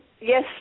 yes